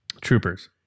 troopers